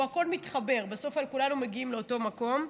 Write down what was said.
פה הכול מתחבר, בסוף כולנו מגיעים לאותו מקום.